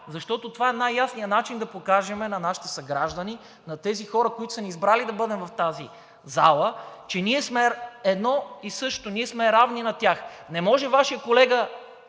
защото това е най-ясният начин да покажем на нашите съграждани, на тези хора, които са ни избрали да бъдем в тази зала, че ние сме едно и също, ние сме равни на тях. Не може на Вашия колега